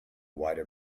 wider